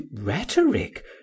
rhetoric